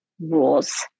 rules